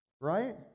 right